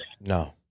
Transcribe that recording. No